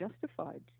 justified